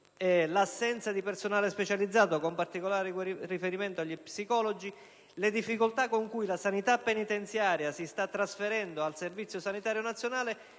l'assenza di personale specializzato, con particolare riferimento agli psicologi, le difficoltà con cui la sanità penitenziaria si sta trasferendo al Servizio sanitario nazionale,